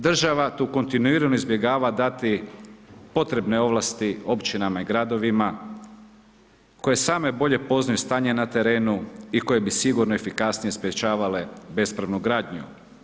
Država tu kontinuirano izbjegava dati potrebne ovlasti općinama i gradovima koje same bolje poznaju stanje na terenu i koje bi sigurno efikasnije sprječavale bespravnu gradnju.